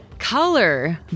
Color